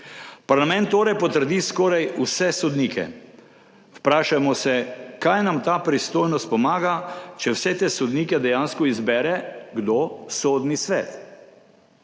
Parlament torej potrdi skoraj vse sodnike. Vprašajmo se, kaj nam ta pristojnost pomaga, če vse te sodnike dejansko izbere – kdo? Sodni svet.